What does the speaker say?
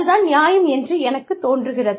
அதுதான் நியாயம் என்று எனக்குத் தோன்றுகிறது